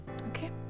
Okay